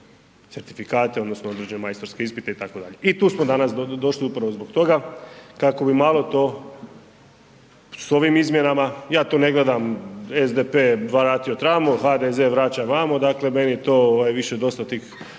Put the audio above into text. certifikate odnosno određene majstorske ispite itd. I tu smo danas došli upravo zbog toga kako bi malo to s ovim izmjenama, ja to ne gledam SDP vratio tamo, HDZ vraća vama, dakle meni to ovaj više dosta tih